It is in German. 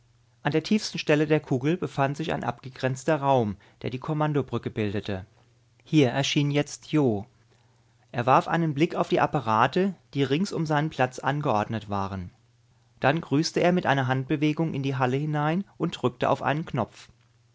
an der tiefsten stelle der kugel befand sich ein abgegrenzter raum der die kommandobrücke bildete hier erschien jetzt jo er warf einen blick auf die apparate die rings um seinen platz angeordnet waren dann grüßte er mit einer handbewegung in die halle hinein und drückte auf einen knopf